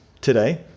today